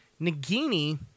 Nagini